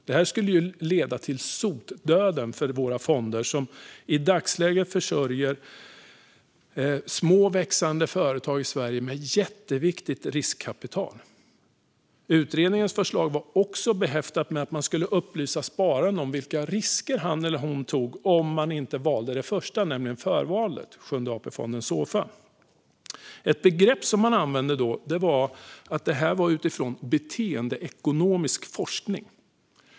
Detta skulle leda till sotdöden för våra fonder, som i dagsläget försörjer små och växande företag i Sverige med jätteviktigt riskkapital. Ett bättre premie-pensionssystem Utredningens förslag var också behäftat med att man skulle upplysa spararen om vilka risker den tog om den inte valde förvalet, Sjunde AP-fonden Såfa. Något som man sa då var att detta var utifrån beteendeekonomisk forskning.